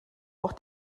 auch